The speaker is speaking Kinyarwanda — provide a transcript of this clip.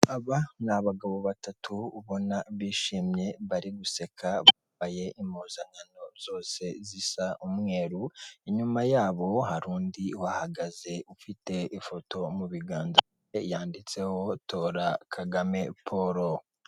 Aba ni abagabo batatu ubona bishimye bari guseka, bambaye impuzankano zose zisa umweru, inyuma yabo hari undi wahagaze ufite ifoto mu biganza bye yanditseho, tora Kagame Poro.